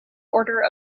order